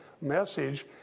message